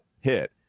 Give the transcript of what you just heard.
hit